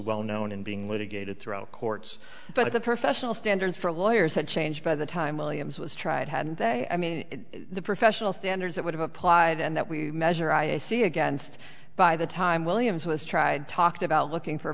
well known in being litigated throughout courts but at the professional standards for lawyers had changed by the time williams was tried had they i mean the professional standards that would have applied and that we measure i see against by the time williams was tried talked about looking for a